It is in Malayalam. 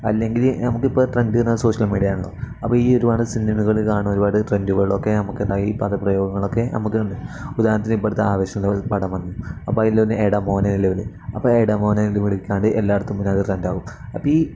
അല്ലെങ്കിൽ നമുക്ക് ഇപ്പം ട്രണ്ടെന്ന് സോഷ്യൽ മീഡിയ അപ്പം ഈ ഒരുപട് സിനിമകൾ കാണുന്ന ഒരുപാ ട്രൻഡുകളൊക്കെ നമുക്ക് എന്താ ഈ പദ പ്രയോഗങ്ങളൊക്കെ നമുക്കുണ്ട് ഉദഹരണത്തിന് ഇപ്പം അടുത്ത് ആവേശം എന്നുള്ള പടം വന്നു അപ്പം അതിൽ എട മോനേ അനലോന്നന്ന് അപ്പം ആ എട മോനല്ലം വിളിക്കാതെ മടിക്കാതെ എല്ലായിടത്തും പിന്നെത് ട്രൻഡ് ആകും അപ്പ ഈ